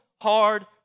hard